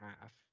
half